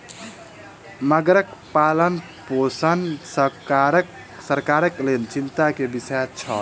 मगरक पालनपोषण सरकारक लेल चिंता के विषय छल